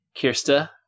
Kirsta